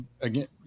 again